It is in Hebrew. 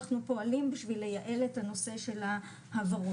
אנחנו פועלים בשביל לייעל את הנושא של ההעברות,